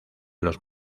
los